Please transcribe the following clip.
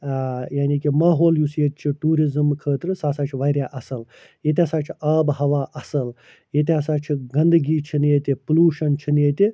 ٲں یعنی کہِ ماحول یُس ییٚتہِ چھُ ٹیٛوٗرِزٕم خٲطرٕ سُہ ہَسا چھُ واریاہ اصٕل ییٚتہِ ہَسا چھُ آب و ہوا اصٕل ییٚتہِ ہَسا چھُ گَنٛدگی چھَنہٕ ییٚتہِ پوٚلوشَن چھُنہٕ ییٚتہِ